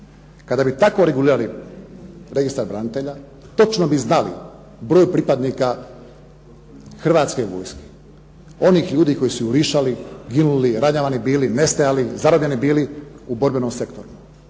Kada bi tako regulirali registar branitelja točno bi znali broj pripadnika Hrvatske vojske, onih ljudi koji su jurišali, ginuli, ranjavani bili, nestajali, zarobljeni bili u borbenom sektoru.